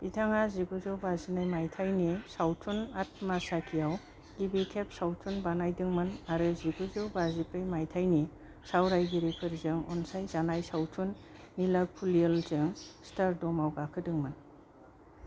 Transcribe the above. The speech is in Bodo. बिथाङा जिगुजौ बाजिनै माइथायनि सावथुन आत्मासाखीयाव गिबि खेब सावथुन बानायदों मोन आरो जिगुजौ बाजिब्रै माइथायनि सावरायगिरिफोरजों अनसायजानाय सावथुन नीलाकुयिलजों स्टारदमाव गाखोदों मोन